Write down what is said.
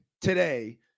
today